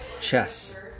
chess